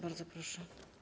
Bardzo proszę.